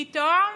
פתאום